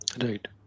Right